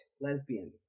lesbian